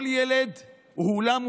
כל ילד הוא עולם ומלואו.